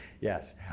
Yes